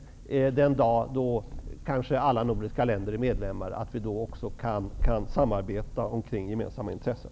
Men det kan också gälla den dag då alla nordiska länder kanske är medlemmar, att vi då kan samarbeta kring gemensamma intressen.